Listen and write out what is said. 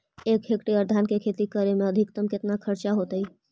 एक हेक्टेयर धान के खेती करे में अधिकतम केतना खर्चा होतइ?